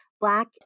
black